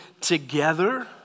together